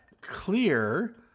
clear